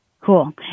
Cool